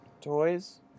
Toys